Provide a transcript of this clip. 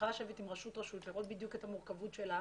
יכולה לשבת עם כל רשות ולראות בדיוק את המורכבות שלה